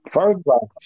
First